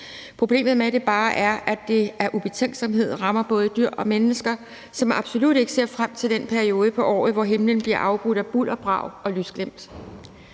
er bare, at det som følge af ubetænksomhed rammer både dyr og mennesker, som absolut ikke ser frem til den periode på året, hvor himlen bliver ramt af bulder, brag og lysglimt.